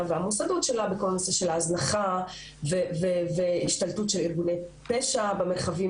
והמוסדות שלה בכל הנושא של ההזנחה והשתלטות של ארגוני פשע במרחבים